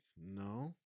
no